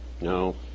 No